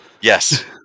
Yes